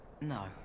no